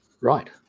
right